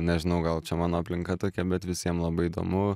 nežinau gal čia mano aplinka tokia bet visiem labai įdomu